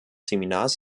seminars